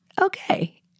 Okay